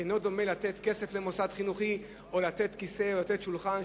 אינו דומה לתת כסף למוסד חינוכי או לתת כיסא או לתת שולחן,